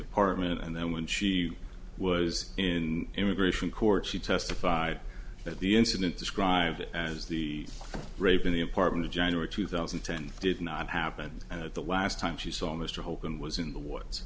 apartment and then when she was in immigration court she testified that the incident described it as the rape in the apartment in january two thousand and ten did not happen at the last time she saw mr hope and was in the words